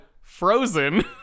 Frozen